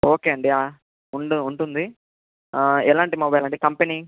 okay అండి ఉండు ఉంటుంది ఎలాంటి మొబైల్ అండి కంపెనీ